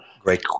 Great